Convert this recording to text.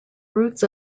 roots